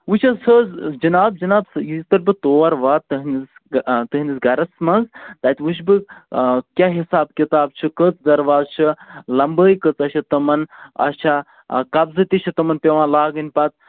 وٕچھ حظ سۄ حظ جِناب جِناب یِژھ پھِرِ بہٕ تور واتہٕ تُہٕنٛدِس تُہٕنٛدِس گرَس منٛز تَتہِ وٕچھٕ بہٕ کیٛاہ حِساب کِتاب چھُ کٔژ دروازٕ چھِ لَمبٲیی کۭژاہ چھےٚ تِمَن اَچھا قبضہٕ تہِ چھِ تِمَن پٮ۪وان لاگٕنۍ پَتہٕ